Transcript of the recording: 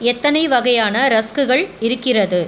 எத்தனை வகையான ரஸ்க்குகள் இருக்கிறது